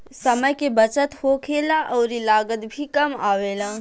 समय के बचत होखेला अउरी लागत भी कम आवेला